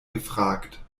gefragt